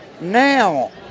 Now